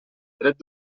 dret